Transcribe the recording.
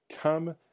come